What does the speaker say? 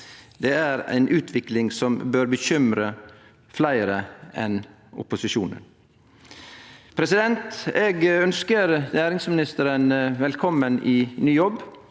er det ei utvikling som bør bekymre fleire enn opposisjonen. Eg ønskjer næringsministeren velkommen i ny jobb,